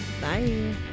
Bye